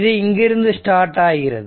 இது இங்கிருந்து ஸ்டார்ட் ஆகிறது